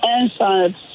Inside